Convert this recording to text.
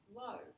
low